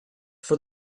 for